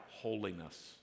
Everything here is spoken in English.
holiness